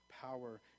power